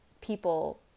people